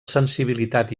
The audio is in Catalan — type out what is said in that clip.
sensibilitat